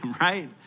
right